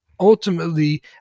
ultimately